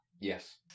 Yes